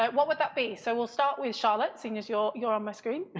what would that be. so we'll start with charlotte seeing as you're you're on my screen?